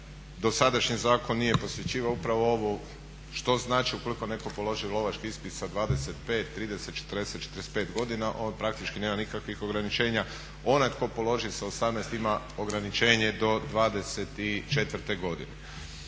dosadašnji zakon nije posvećivao upravo ovo što znači ukoliko netko položi vozački ispit sa 25, 30, 40, 45 godina on praktički nema nikakvih ograničenja. Onaj tko položi sa 18 ima ograničenje do 24. godine.